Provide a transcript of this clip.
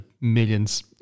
millions